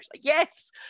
Yes